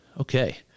Okay